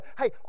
hey